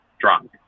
drunk